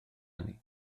hynny